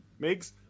Migs